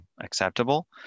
acceptable